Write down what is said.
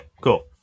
cool